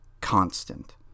constant